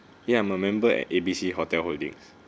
ya I'm a member at A B C hotel holdings